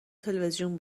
تلویزیون